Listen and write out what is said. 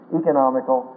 economical